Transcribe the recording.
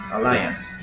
Alliance